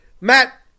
Matt